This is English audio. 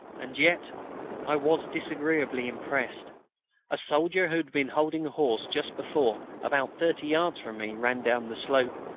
and yet i was disagreeably impressed a soldier who been holding a horse just before about thirty yards from me ran down the slope,